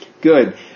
good